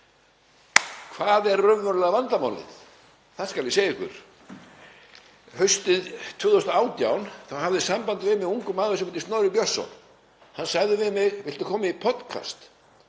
Hvað er raunverulega vandamálið? Það skal ég segja ykkur. Haustið 2018 hafði samband við mig mjög ungur maður sem heitir Snorri Björnsson. Hann sagði við mig: Viltu koma í podcast?